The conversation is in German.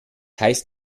heißt